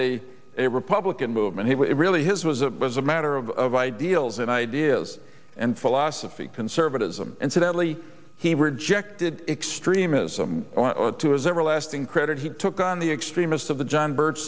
a a republican movement it really his was it was a matter of of ideals and ideas and philosophy conservatism incidentally he rejected extremism to his everlasting credit he took on the extremist of the john bir